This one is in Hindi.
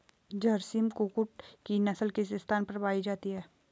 झारसिम कुक्कुट की नस्ल किस स्थान पर पाई जाती है?